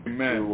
Amen